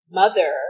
mother